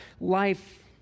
life